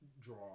draw